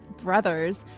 brothers